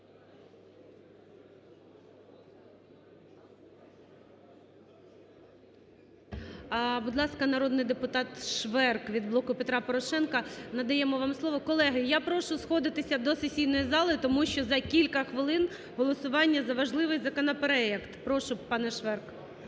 Будь ласка, народний депутат Шверк від "Блоку Петра Порошенка", надаємо вам слово. Колеги, я прошу сходитися до сесійної зали, тому що за кілька хвилин голосування за важливий законопроект. Прошу, пане Шверк.